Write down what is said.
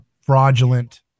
fraudulent